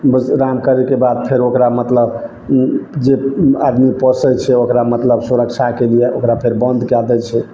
बिश्राम करैके बाद फेर ओकरा मतलब जे आदमी पोसैत छै ओकरा मतलब सुरक्षाके लिए ओकरा फेर बंद कए दै छै